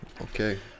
okay